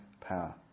power